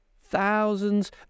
thousands